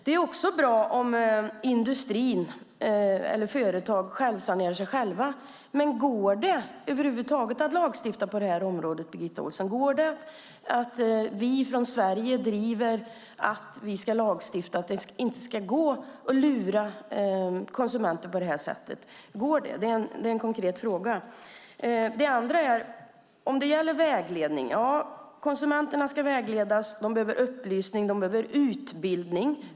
Det är dessutom bra om företagen sanerar sig själva. Men går det över huvud taget att lagstifta på detta område, Birgitta Ohlsson? Går det att från svensk sida driva att vi ska lagstifta så att det inte ska gå att lura konsumenterna på detta sätt? Är det möjligt? Det är en konkret fråga. Ja, konsumenterna ska vägledas. De behöver upplysning. De behöver utbildning.